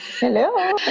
Hello